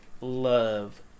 love